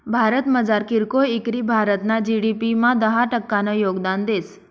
भारतमझार कीरकोय इकरी भारतना जी.डी.पी मा दहा टक्कानं योगदान देस